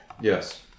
Yes